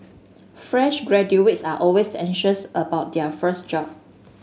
fresh graduates are always anxious about their first job